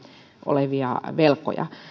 olevia velkoja